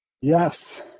Yes